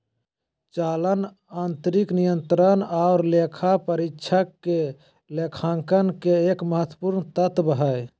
चालान आंतरिक नियंत्रण आर लेखा परीक्षक के लेखांकन के एक महत्वपूर्ण तत्व हय